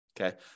Okay